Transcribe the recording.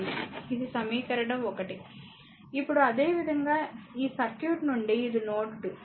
ఇది సమీకరణం 1 ఇప్పుడు అదే విధంగా సర్క్యూట్ నుండి ఇది నోడ్ 2